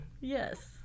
Yes